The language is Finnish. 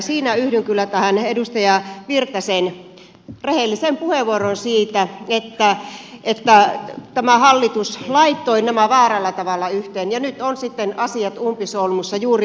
siinä yhdyn kyllä tähän edustaja virtasen rehelliseen puheenvuoroon siitä että tämä hallitus laittoi nämä väärällä tavalla yhteen ja nyt ovat sitten asiat umpisolmussa juuri vaaliviikolla